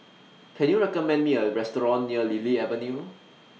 Can YOU recommend Me A Restaurant near Lily Avenue